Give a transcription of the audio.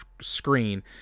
screen